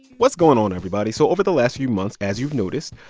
what's going on, everybody? so over the last few months, as you've noticed,